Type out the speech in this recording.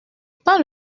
pas